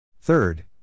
Third